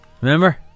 Remember